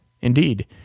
Indeed